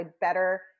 better